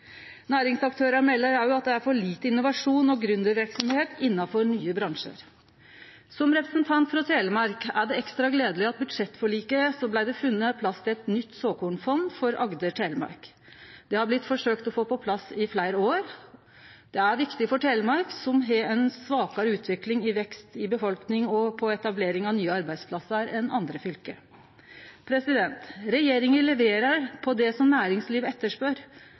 Næringsaktørar melder også at det er for lite innovasjon og gründerverksemd innanfor nye bransjar. Som representant frå Telemark er det ekstra gledeleg at det i budsjettforliket blei funne plass til eit nytt såkornfond for Agder og Telemark. Det har ein forsøkt å få på plass i fleire år. Det er viktig for Telemark, som har ei svakare utvikling i vekst i befolkning og etablering av nye arbeidsplassar enn andre fylke. Regjeringa leverer på det som næringslivet etterspør.